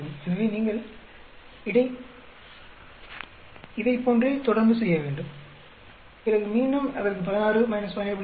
எனவே நீங்கள் இடைப்போன்றே தொடர்ந்து செய்ய வேண்டும் பிறகு மீண்டும் இதற்கு 16 17